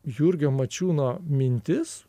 jurgio mačiūno mintis